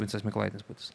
vincas mykolaitis putinas